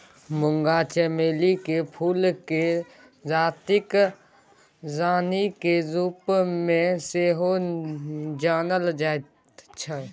मूंगा चमेलीक फूलकेँ रातिक रानीक रूपमे सेहो जानल जाइत छै